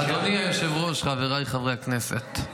אדוני היושב-ראש, חבריי חברי הכנסת,